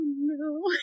no